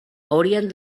haurien